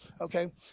okay